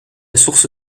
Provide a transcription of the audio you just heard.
source